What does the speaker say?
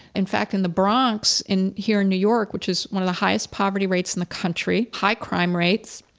in fact, in the bronx in here in new york, which is one of the highest poverty rates in the country, high crime rates,